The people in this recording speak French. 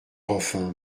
enfin